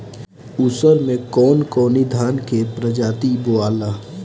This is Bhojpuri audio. उसर मै कवन कवनि धान के प्रजाति बोआला?